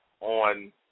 on